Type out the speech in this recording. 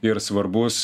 ir svarbus